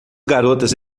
garotas